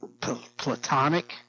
platonic